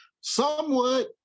Somewhat